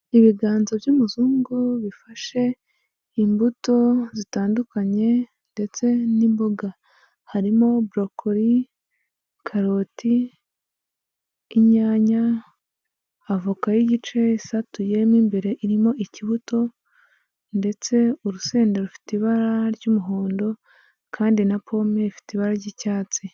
Ibiganza by'umuzungu bifashe imbuto zitandukanye, ndetse n'imboga, harimo burokoli, karoti, inyanya, avoka y'igice isatuye mo imbere irimo ikibuto, ndetse urusenda rufite ibara ry'umuhondo, kandi na pome ifite ibara ry'icyatsi.